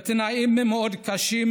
בתנאים מאוד קשים,